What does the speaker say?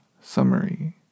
summary